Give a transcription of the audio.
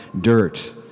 dirt